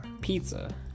pizza